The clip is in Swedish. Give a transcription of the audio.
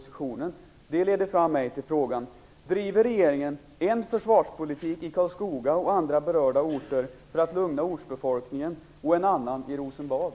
Det leder till frågan: Driver regeringen en försvarspolitik i Karlskoga och andra berörda orter för att lugna ortsbefolkningen och en annan i Rosenbad?